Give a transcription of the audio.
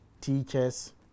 teachers